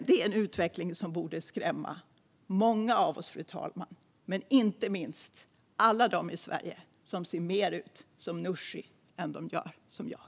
Det är en utveckling som borde skrämma många av oss, fru talman, inte minst alla dem i Sverige som ser mer ut som Nooshi än som jag.